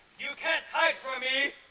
you can't hide from me!